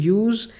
use